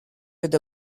with